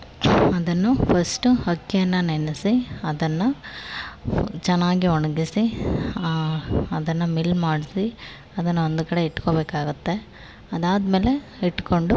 ಅದನ್ನು ಫಸ್ಟು ಅಕ್ಕಿಯನ್ನು ನೆನೆಸಿ ಅದನ್ನು ಚೆನ್ನಾಗಿ ಒಣಗಿಸಿ ಅದನ್ನು ಮಿಲ್ ಮಾಡಿಸಿ ಅದನ್ನು ಒಂದು ಕಡೆ ಇಟ್ಕೊಬೇಕಾಗುತ್ತೆ ಅದಾದಮೇಲೆ ಇಟ್ಕೊಂಡು